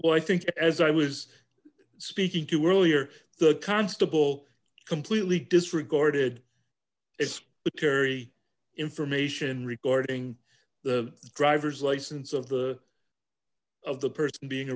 well i think as i was speaking to earlier the constable completely disregarded it's the kerry information regarding the driver's license of the of the person being